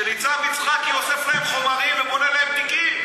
ניצב יצחקי אוסף עליהם חומרים ובונה להם תיקים.